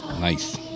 Nice